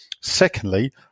Secondly